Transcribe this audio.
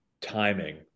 timing